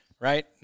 right